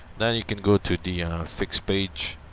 then you can go to the fix page,